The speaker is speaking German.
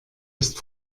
ist